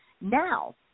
Now